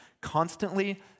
constantly